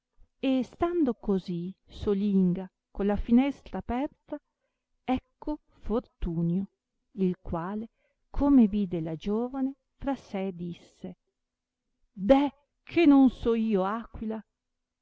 e stando così solinga con la finestra aperta ecco fortunio il quale come vide la giovane fra sé disse deh che non sono io aquila